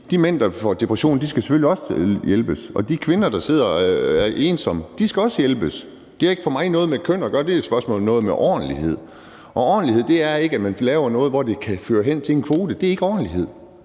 de mænd, der får depression, skal selvfølgelig også hjælpes, og de kvinder, der sidder og er ensomme, skal også hjælpes. Det har ikke for mig noget med køn og gøre; det er et spørgsmål om noget med ordentlighed. Og ordentlighed er ikke, at man laver noget, der kan føre hen til en kvote. Det er ikke ordentlighed.